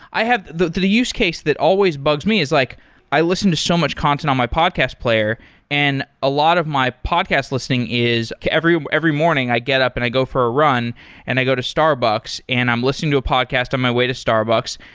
the the use case that always bugs me is like i listen to so much content on my podcast player and a lot of my podcast listening is every um every morning i get up and i go for a run and i go to starbucks and i'm listening to a podcast on my way to starbucks.